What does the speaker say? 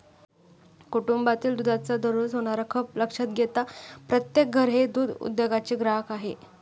कुटुंबातील दुधाचा दररोज होणारा खप लक्षात घेता प्रत्येक घर हे दूध उद्योगाचे ग्राहक आहे